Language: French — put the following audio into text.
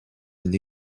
une